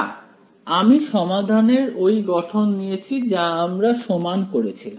না আমি সমাধান এর ওই গঠন নিয়েছি যা আমরা সমান করেছিলাম